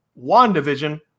WandaVision